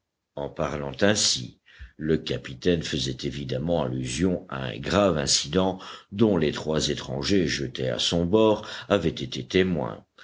en parlant ainsi le capitaine faisait évidemment allusion à un grave incident dont les trois étrangers jetés à son bord avaient été témoins